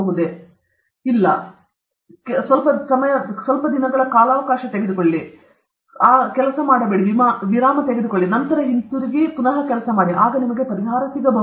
ಸರಿ ಅದು ತುಂಬಾ ಹೆಚ್ಚು ಕೆಲವು ಹತ್ತು ದಿನಗಳ ಕಾಲ ತೆಗೆದುಕೊಳ್ಳಿ ಅದರ ಮೇಲೆ ಕೆಲಸ ಮಾಡುವುದಿಲ್ಲ ನಂತರ ಹಿಂತಿರುಗಿ ನಿಮಗೆ ಪರಿಹಾರ ಸಿಗಬಹುದು